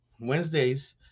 Wednesdays